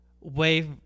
Wave